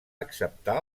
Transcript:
acceptar